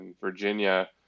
Virginia